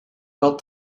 felt